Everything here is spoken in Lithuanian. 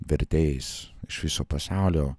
vertėjais iš viso pasaulio